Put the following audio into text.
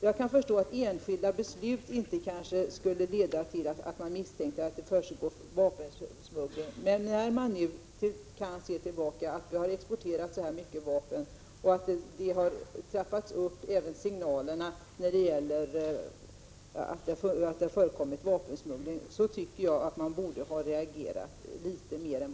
Jag kan förstå om enskilda beslut inte lett till misstanke om vapensmuggling, men när man ser tillbaka på hur mycket vapen vi har exporterat och ser att också signalerna om att det har förekommit vapensmuggling har tilltagit tycker jag att man borde ha reagerat mer än man har gjort.